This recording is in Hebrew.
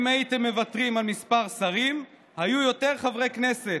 אם הייתם מוותרים על מספר שרים היו יותר חברי כנסת.